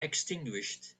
extinguished